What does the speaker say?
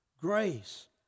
Grace